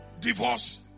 divorce